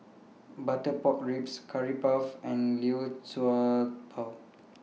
Butter Pork Ribs Curry Puff and Liu Sha Bao